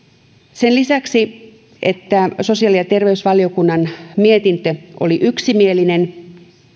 sen lisäksi että sosiaali ja terveysvaliokunnan mietintö oli yksimielinen